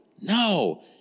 No